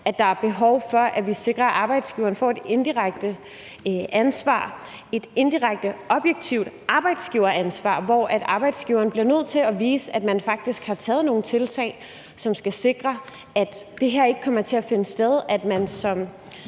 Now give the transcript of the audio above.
at der er behov for, at vi sikrer, at arbejdsgiveren får et indirekte ansvar, nemlig et indirekte objektivt arbejdsgiveransvar, hvor arbejdsgiveren bliver nødt til at vise, at man faktisk har taget nogle tiltag, som skal sikre, at det her ikke kommer til at finde sted.